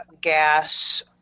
gas